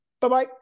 Bye-bye